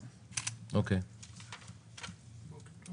גפני, אישרתם את זה פה,